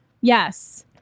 Yes